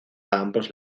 ambos